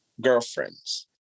girlfriends